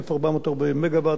היקף 440 מגוואט,